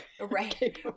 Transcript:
Right